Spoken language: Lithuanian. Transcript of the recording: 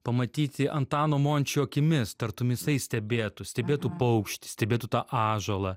pamatyti antano mončio akimis tartum jisai stebėtų stebėtų paukštį stebėtų tą ąžuolą